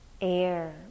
air